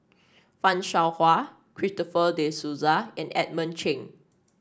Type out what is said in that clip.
Fan Shao Hua Christopher De Souza and Edmund Cheng